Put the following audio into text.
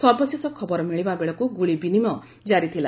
ସର୍ବଶେଷ ଖବର ମିଳିବା ବେଳକୁ ଗୁଳି ବିନିମୟ ଜାରି ଥିଲା